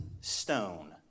stone